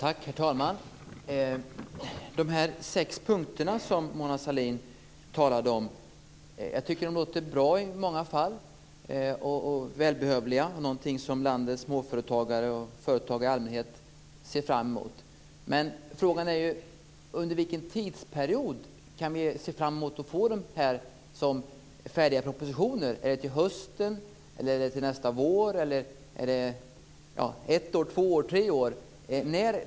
Herr talman! De sex punkter som Mona Sahlin talade om tycker jag i många fall låter bra och välbehövliga, någonting som landets småföretagare och företagare i allmänhet kan se fram emot. Men frågan är under vilken tidsperiod vi kan se fram emot att få dem som färdiga propositioner. Är det till hösten, till nästa vår eller dröjer det ett år, två år, tre år?